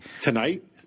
Tonight